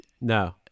No